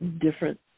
different